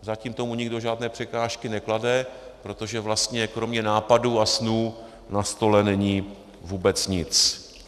Zatím tomu nikdo žádné překážky neklade, protože vlastně kromě nápadů a snů na stole není vůbec nic.